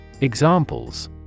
Examples